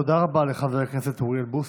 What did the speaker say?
תודה רבה לחבר הכנסת אוריאל בוסו.